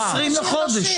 ב-20 בחודש.